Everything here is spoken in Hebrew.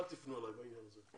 אל תפנו אלי בעניין הזה.